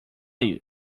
you